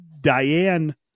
Diane